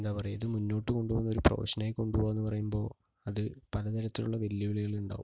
എന്താ പറയുക ഇത് മുന്നോട്ടു കൊണ്ടുപോകുന്ന ഒരു പ്രൊഫഷനായി കൊണ്ടു പോവുകയെന്ന് പറയുമ്പോൾ അത് പല തരത്തിലുള്ള വെല്ലുവിളികൾ ഉണ്ടാകും